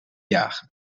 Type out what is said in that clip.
jagen